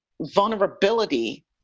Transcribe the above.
vulnerability